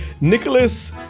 Nicholas